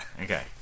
Okay